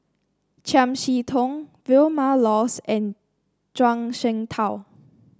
Chiam See Tong Vilma Laus and Zhuang Shengtao